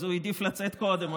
אז הוא העדיף לצאת קודם,